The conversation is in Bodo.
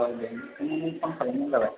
औ दे थांनानै फन खालामबानो जाबाय